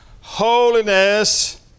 holiness